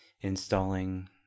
installing